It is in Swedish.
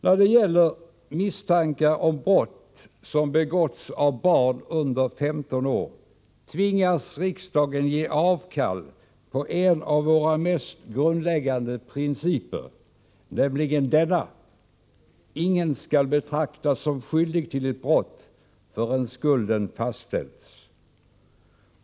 När det gäller misstankar om brott som begåtts av barn under 15 år tvingas riksdagen att ge avkall på en av våra mest grundläggande principer, nämligen den att ingen skall betraktas som skyldig till ett brott förrän skulden fastställts.